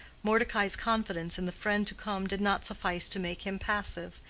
mordecai's confidence in the friend to come did not suffice to make him passive,